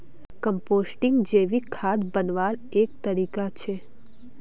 composting जैविक खाद बन्वार एक तरीका छे